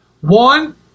One